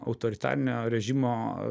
autoritarinio režimo